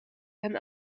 and